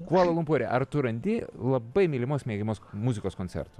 kvala lumpūre ar tu randi labai mylimos mėgiamos muzikos koncertų